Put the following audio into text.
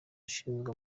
ushinzwe